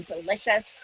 delicious